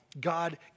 God